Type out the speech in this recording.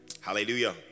Hallelujah